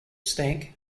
stank